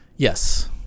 Yes